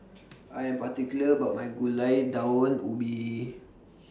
I Am particular about My Gulai Daun Ubi